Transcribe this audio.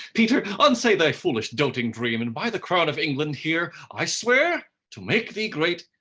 peter, unsay thy foolish doting dream, and by the crown of england here, i swear, to make thee great,